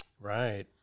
Right